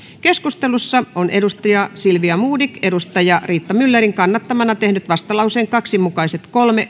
keskustelussa on silvia modig riitta myllerin kannattamana tehnyt vastalauseen kaksi mukaiset kolme